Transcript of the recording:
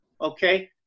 Okay